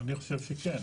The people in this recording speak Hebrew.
אני חושב שכן.